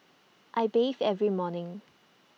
I bathe every morning